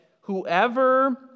whoever